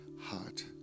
heart